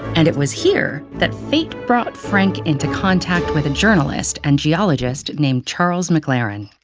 and it was here that fate brought frank into contact with a journalist and geologist named charles maclaren.